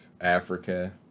Africa